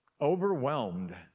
overwhelmed